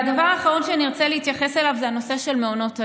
הדבר האחרון שאני ארצה להתייחס אליו זה הנושא של מעונות היום.